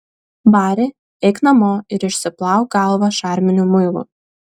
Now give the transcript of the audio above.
bari eik namo ir išsiplauk galvą šarminiu muilu